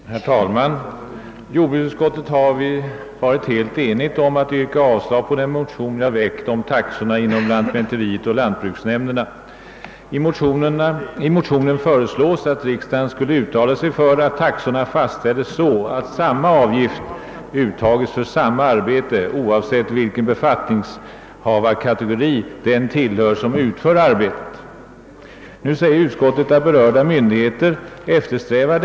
Herr talman! Jordbruksutskottet har varit helt enigt om att yrka avslag på den motion, nr 621, jag väckt om taxorna inom lantmäteriväsendet och lantbruksnämnderna. I motionen — som är likalydande med motionen I: 719 — har jag föreslagit att riksdagen skulle uttala sig för att taxorna fastställes så att samma avgift uttages för samma arbete, oavsett vilken personalkategori som utför det. Utskottet skriver: »Berörda myndigheter eftersträvar att visst uppdrag debiteras lika, oavsett vem som utför arbetet.